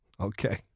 Okay